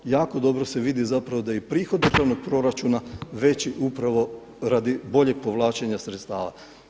Jako dobro se vidi zapravo da je i prihod državnog proračuna veći upravo radi boljeg povlačenja sredstava.